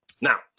Now